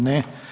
Ne.